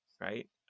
Right